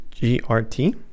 GRT